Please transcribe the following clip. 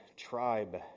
tribe